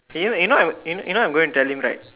you know you know you know I'm going to tell him right